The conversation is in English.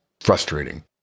frustrating